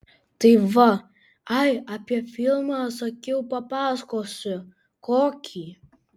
tai va ai apie filmą sakiau papasakosiu kokį